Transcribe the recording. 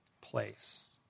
place